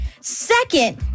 Second